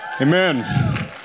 Amen